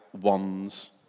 one's